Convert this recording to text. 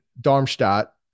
Darmstadt